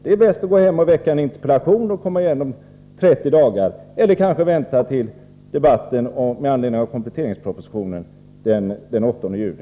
Det enda sättet är att väcka en interpellation och komma igen om 30 dagar, eller kanske vänta till debatten med anledning av kompletteringspropositionen den 8 juni.